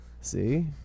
See